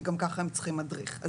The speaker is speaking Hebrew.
כי גם ככה הם צריכים מדריך.